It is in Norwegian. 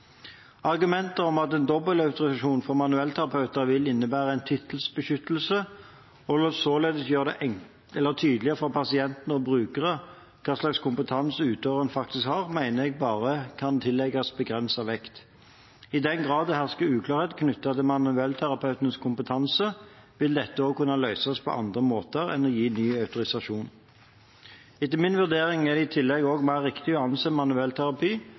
om at en dobbeltautorisasjon for manuellterapeutene vil innebære en tittelbeskyttelse og således gjøre det tydeligere for pasienter og brukere hva slags kompetanse utøveren faktisk har, mener jeg bare kan tillegges begrenset vekt. I den grad det hersker uklarhet knyttet til manuellterapeutenes kompetanse, vil dette kunne løses på andre måter enn å gi ny autorisasjon. Etter min vurdering er det i tillegg også mer riktig å anse